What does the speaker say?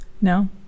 no